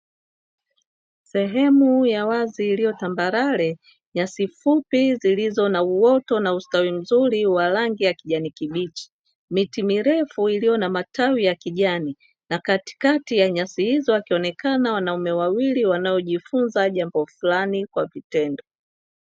Sehemu ya wazi iliyo tambarare. Nyasi fupi zilizo na uoto na ustawi mzuri wa rangi ya kijani kibichi. Miti mirefu iliyo na matawi ya kijani. Na katikati ya nyasi hizo wakionekana wanaume wawili wanaojifunza jambo fulani kwa vitendo.